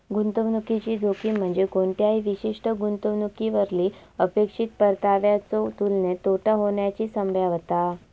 गुंतवणुकीची जोखीम म्हणजे कोणत्याही विशिष्ट गुंतवणुकीवरली अपेक्षित परताव्याच्यो तुलनेत तोटा होण्याची संभाव्यता